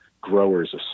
Growers